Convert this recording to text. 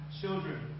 children